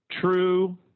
true